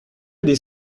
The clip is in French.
des